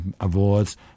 awards